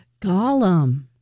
Gollum